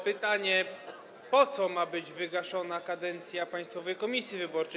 Pytanie: Po co ma być wygaszona kadencja Państwowej Komisji Wyborczej?